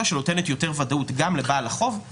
שנותנת יותר ודאות גם לבעל החוב וגם לחייב.